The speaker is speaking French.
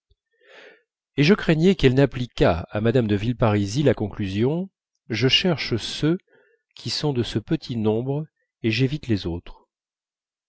et je craignais qu'elle n'appliquât à mme de villeparisis la conclusion je cherche ceux qui sont de ce petit nombre et j'évite les autres